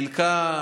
חלקה,